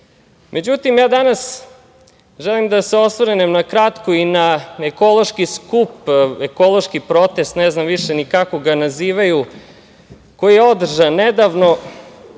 reči.Međutim, ja danas želim da se osvrnem na kratko i na ekološki skup, ekološki protest, ne znam više ni kako ga nazivaju, koji je održan nedavno,